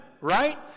right